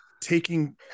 taking